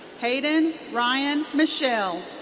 hayden ryan michel.